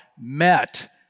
met